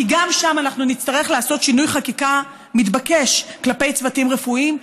כי גם שם אנחנו נצטרך לעשות שינוי חקיקה מתבקש כלפי צוותים רפואיים.